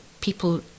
people